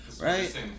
Right